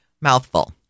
mouthful